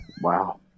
Wow